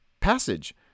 passage